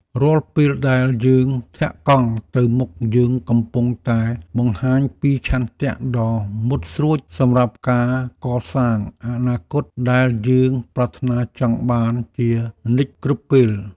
រាល់ពេលដែលយើងធាក់កង់ទៅមុខយើងកំពុងតែបង្ហាញពីឆន្ទៈដ៏មុតស្រួចសម្រាប់ការកសាងអនាគតដែលយើងប្រាថ្នាចង់បានជានិច្ចគ្រប់ពេល។